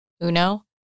uno